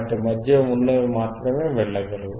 వాటి మధ్య ఉన్నవి మాత్రమే వెళ్ళగలవు